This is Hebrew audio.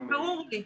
ברור לי.